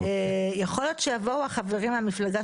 בבקשה, חברת